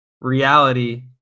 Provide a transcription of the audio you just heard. reality